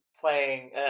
playing